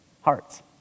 hearts